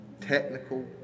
technical